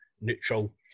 neutral